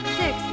six